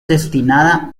destinada